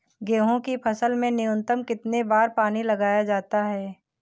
गेहूँ की फसल में न्यूनतम कितने बार पानी लगाया जाता है?